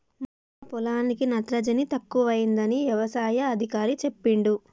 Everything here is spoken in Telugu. మా పొలానికి నత్రజని తక్కువైందని యవసాయ అధికారి చెప్పిండు